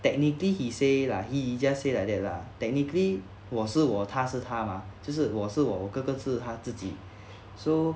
technically he say lah he just say like that lah technically 我是我他是他 mah 这是我是我我哥哥是他自己 so